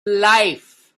life